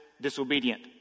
disobedient